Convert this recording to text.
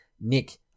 Nick